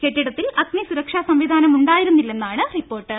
കെട്ടി ടത്തിൽ അഗ്നിസുരക്ഷാ സംവിധാനം ഉണ്ടായിരുന്നില്ലെന്നാണ് റിപ്പോർട്ട്